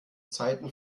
zeiten